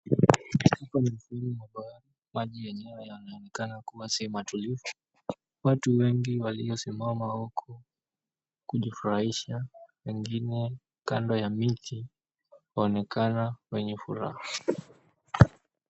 Hapa ni uvuli wa bahari maji yenyewe yanaonekana kuwa si matulivu. Watu wengi waliosimama huko kujifurahisha wengine kando ya miti wanaonekana wenye furaha.